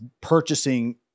purchasing